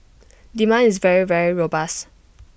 demand is very very robust